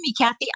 Kathy